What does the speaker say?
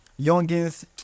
youngins